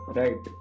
right